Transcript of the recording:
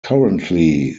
currently